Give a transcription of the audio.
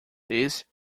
this